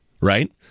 Right